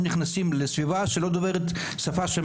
הם נכנסים לסביבה שלא דוברת את השפה שהם